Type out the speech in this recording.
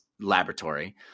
Laboratory